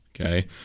okay